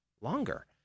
longer